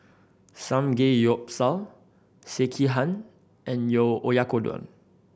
Samgeyopsal Sekihan and Oyakodon